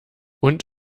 und